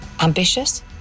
Ambitious